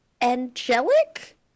angelic